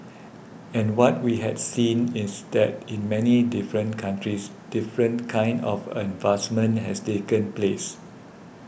and what we had seen is that in many different countries different kinds of advancements have taken place